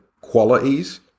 qualities